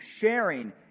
sharing